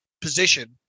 position